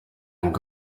ngo